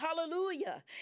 Hallelujah